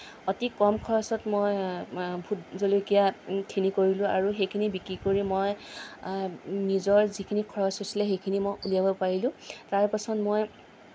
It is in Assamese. অতি কম খৰচত মই ভূত জলকীয়াখিনি কৰিলোঁ আৰু সেইখিনি বিক্ৰী কৰি মই নিজৰ যিখিনি খৰচ হৈছিলে সেইখিনি মই উলিয়াব পাৰিলোঁ তাৰপাছত মই